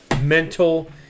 mental